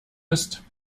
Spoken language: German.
ist